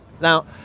Now